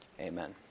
Amen